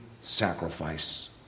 sacrifice